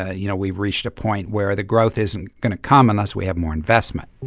ah you know, we've reached a point where the growth isn't going to come unless we have more investment.